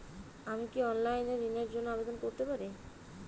আমি কি অনলাইন এ ঋণ র জন্য আবেদন করতে পারি?